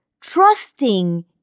trusting